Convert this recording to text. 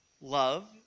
love